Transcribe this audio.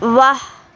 واہ